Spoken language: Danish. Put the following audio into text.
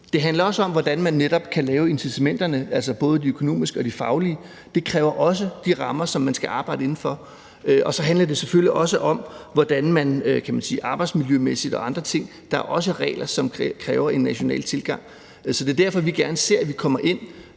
Det handler også om, hvordan man netop kan lave incitamenterne, altså både de økonomiske og de faglige, og det kræver også de rammer, som man skal arbejde inden for. Og så handler det selvfølgelig også om, at der så, kan man sige, arbejdsmiljømæssigt og med hensyn til andre ting også er regler, som kræver en national tilgang. Det er derfor, vi gerne ser, at vi kommer ind,